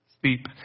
sleep